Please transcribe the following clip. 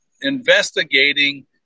investigating